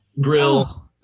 Grill